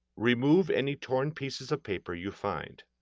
remove any torn pieces of paper you find.